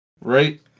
Right